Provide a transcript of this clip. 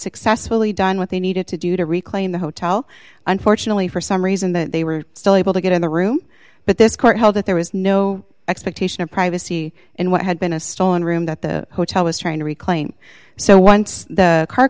successfully done what they needed to do to reclaim the hotel unfortunately for some reason that they were still able to get in the room but this court held that there was no expectation of privacy in what had been a stolen room that the hotel was trying to reclaim so once the car